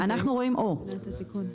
דווקא אתה רואה שאפילו שזה תאגיד מים,